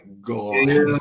God